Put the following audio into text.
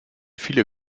viele